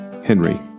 Henry